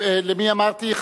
למי אמרתי?